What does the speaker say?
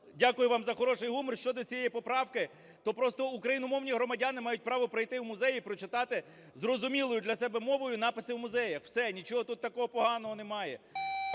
дякую вам за хороший гумор. Щодо цієї поправки, то просто україномовні громадяни мають право прийти у музей і прочитати зрозумілою для себе мовою написи в музеях. Все, нічого тут такого поганого немає.